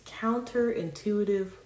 counterintuitive